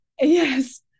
Yes